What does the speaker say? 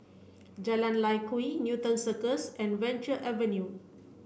Jalan Lye Kwee Newton Cirus and Venture Avenue